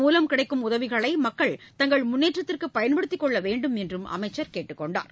மூலம் கிடைக்கும் உதவிகளைமக்கள் தங்கள் முன்னேற்றத்திற்குபயன்படுத்திக் இதன் கொள்ளவேண்டும் என்றும் அமைச்சர் கேட்டுக் கொண்டார்